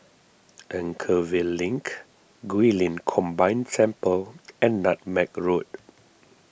Anchorvale Link Guilin Combined Temple and Nutmeg Road